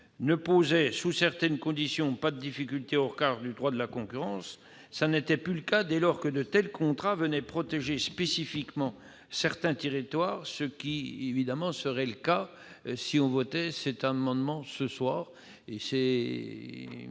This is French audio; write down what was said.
ne posaient, sous certaines conditions, aucune difficulté au regard du droit de la concurrence, cela n'était plus le cas dès lors que de tels contrats venaient protéger spécifiquement certains territoires, ce qui serait évidemment le cas ici. Ce n'est pas